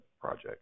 project